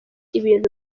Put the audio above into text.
ibintu